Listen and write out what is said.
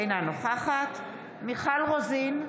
אינה נוכחת מיכל רוזין,